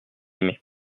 aimé